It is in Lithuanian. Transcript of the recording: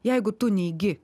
jeigu tu neigi